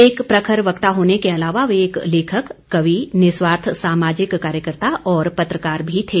एक प्रखर वक्ता होने के अलावा वे एक लेखक कवि निस्वार्थ सामाजिक कार्यकर्ता और पत्रकार भी थे